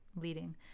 leading